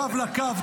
קו לקו,